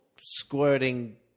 squirting